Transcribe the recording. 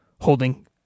holding